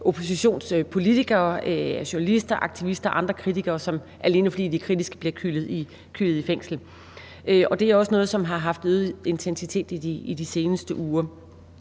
oppositionspolitikere, journalister, aktivister og andre kritikere, som, alene fordi de er kritiske, bliver kylet i fængsel. Og det er også noget, som har haft en øget intensitet i de seneste uger,